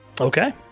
Okay